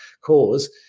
cause